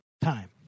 time